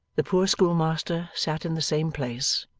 the poor schoolmaster sat in the same place,